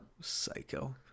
Psycho